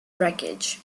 wreckage